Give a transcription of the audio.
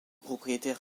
propriétaire